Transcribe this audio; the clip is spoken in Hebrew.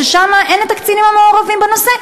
ששם אין את הקצינים המעורבים בנושא,